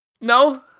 No